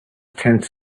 tense